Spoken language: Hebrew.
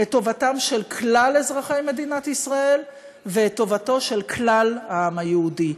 את טובתם של כלל אזרחי מדינת ישראל ואת טובתו של כלל העם היהודי,